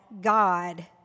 God